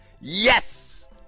Yes